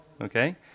Okay